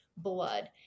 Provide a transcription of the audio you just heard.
blood